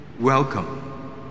welcome